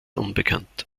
unbekannt